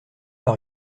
par